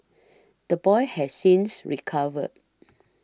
the boy has since recovered